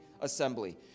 assembly